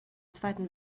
zweiten